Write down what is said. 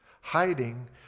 Hiding